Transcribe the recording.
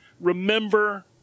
Remember